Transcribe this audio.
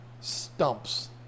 stumps